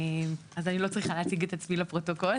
אז אני לא צריכה להציג את עצמי לפרוטוקול,